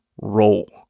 roll